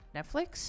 Netflix